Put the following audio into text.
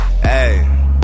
Hey